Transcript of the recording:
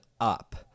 up